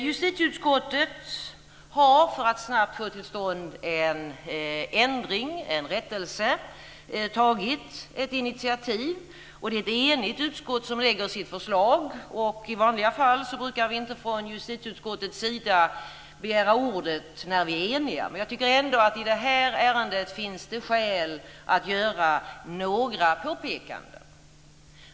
Justitieutskottet har, för att snabbt få till stånd en rättelse, tagit ett initiativ. Det är ett enigt utskott som lägger sitt förslag. I vanliga fall brukar vi från justitieutskottets sida inte begära ordet när vi är eniga, men i det här ärendet finns det skäl att göra några påpekanden.